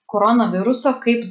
koronaviruso kaip